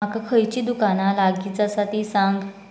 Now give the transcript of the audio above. म्हाका खंयची दुकानां लागींच आसात तीं सांग